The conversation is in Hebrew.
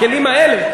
הכלים האלה,